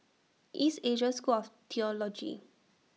East Asia School of Theology